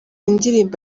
indirimbo